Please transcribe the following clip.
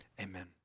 Amen